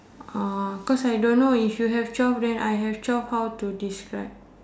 uh cause I don't know if you have twelve then I have twelve how to describe